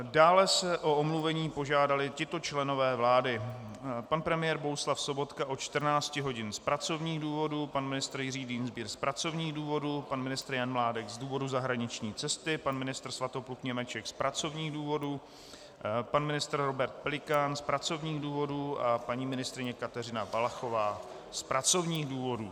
Dále o omluvení požádali tito členové vlády: pan premiér Bohuslav Sobotka od 14 hodin z pracovních důvodů, pan ministr Jiří Dienstbier z pracovních důvodů, pan ministr Jan Mládek z důvodu zahraniční cesty, pan ministr Svatopluk Němeček z pracovních důvodů, pan ministr Robert Pelikán z pracovních důvodů a paní ministryně Kateřina Valachová z pracovních důvodů.